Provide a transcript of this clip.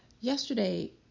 Yesterday